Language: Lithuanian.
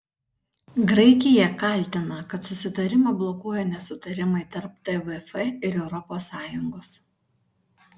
graikija kaltina kad susitarimą blokuoja nesutarimai tarp tvf ir europos sąjungos